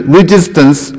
resistance